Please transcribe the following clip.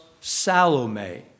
Salome